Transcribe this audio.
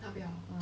um